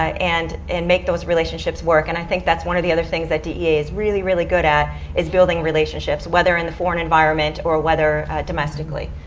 and and make those relationships work. and i think that's one of the other things that dea is really really good at is building relationships. whether in foreign environment or whether domestically.